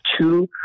two